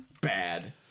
bad